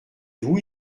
vous